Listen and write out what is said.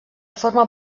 forma